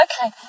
Okay